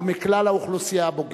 או מכלל האוכלוסייה הבוגרת.